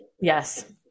Yes